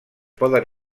poden